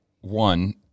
One